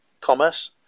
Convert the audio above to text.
commerce